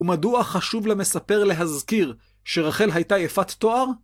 ומדוע חשוב למספר להזכיר שרחל הייתה יפת תואר?